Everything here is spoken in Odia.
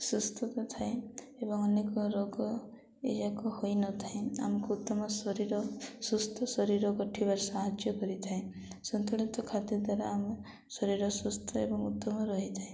ସୁସ୍ଥତା ଥାଏ ଏବଂ ଅନେକ ରୋଗ ଏଯାକ ହୋଇନଥାଏ ଆମକୁ ଉତ୍ତମ ଶରୀର ସୁସ୍ଥ ଶରୀର ଗଠିବାର ସାହାଯ୍ୟ କରିଥାଏ ସନ୍ତୁଳିତ ଖାଦ୍ୟ ଦ୍ୱାରା ଆମ ଶରୀର ସୁସ୍ଥ ଏବଂ ଉତ୍ତମ ରହିଥାଏ